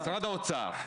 משרד האוצר,